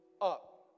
up